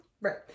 Right